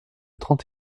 trente